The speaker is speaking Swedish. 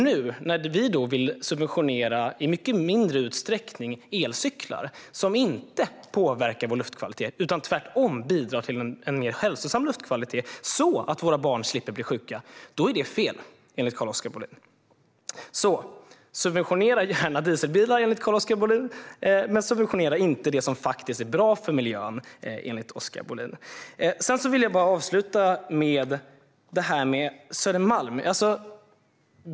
Nu när vi i mycket mindre utsträckning vill subventionera elcyklar som inte påverkar vår luftkvalitet, utan tvärtom bidrar till en mer hälsosam luftkvalitet så att våra barn slipper bli sjuka, är det fel enligt Carl-Oskar Bohlin. Subventionera gärna dieselbilar, enligt Carl-Oskar Bohlin. Men subventionera inte det som faktiskt är bra för miljön, enligt Carl-Oskar Bohlin. Jag vill avsluta med det som sagts om Södermalm.